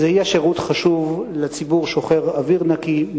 זה יהיה שירות חשוב לציבור שוחר אוויר נקי,